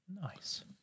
Nice